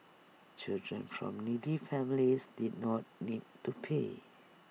children from needy families did not need to pay